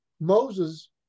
Moses